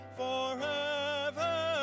forever